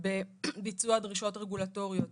בביצוע דרישות רגולטוריות.